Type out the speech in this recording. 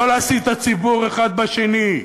לא להסית את הציבור אחד בשני.